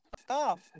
Stop